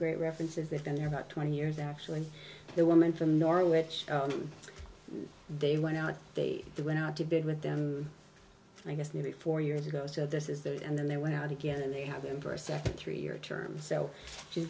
great references they've been there about twenty years actually the woman from norwich they went out they went out to bid with them i guess nearly four years ago so this is that and then they went out again and they have them for a second three year term so she's